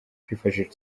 kwifashisha